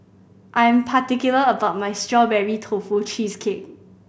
I am particular about my Strawberry Tofu Cheesecake